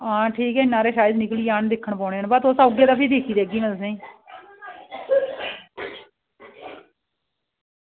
आं ठीक ऐ इन्ने हारे शैद निकली जाने दिक्खने पौने बा जेल्लै तुस आगेओ ओ भी में दिक्खी देगी तुसें ई